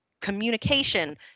communication